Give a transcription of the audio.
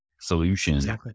solution